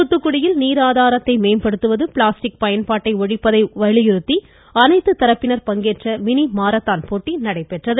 தூத்துக்குடியில் நீர் ஆதாரத்தை மேம்படுத்துவது பிளாஸ்டிக் பயன்பாட்டை ஒழிப்பதை வலியுறுத்தி அனைத்து தரப்பினர் பங்கேற்ற மினி மாரத்தான் போட்டி நடைபெற்றது